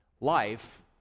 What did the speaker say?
life